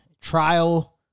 trial